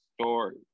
story